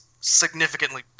significantly